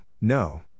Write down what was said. no